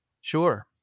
Sure